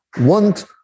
want